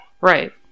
Right